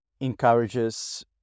encourages